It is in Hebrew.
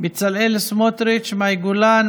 בצלאל סמוטריץ'; מאי גולן,